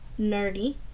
nerdy